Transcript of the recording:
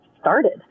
started